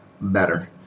better